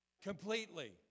Completely